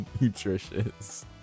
Nutritious